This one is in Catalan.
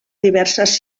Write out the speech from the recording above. diverses